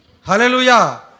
Hallelujah